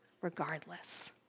regardless